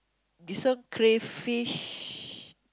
this one crayfish